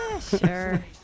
Sure